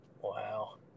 Wow